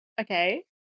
Okay